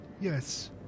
yes